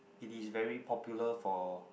it is very popular for